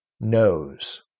knows